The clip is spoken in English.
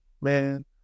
man